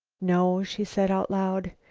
no, she said out loud,